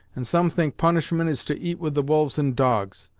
and some think punishment is to eat with the wolves and dogs.